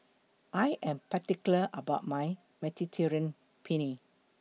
I Am particular about My Mediterranean Penne